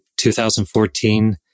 2014